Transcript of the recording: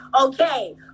Okay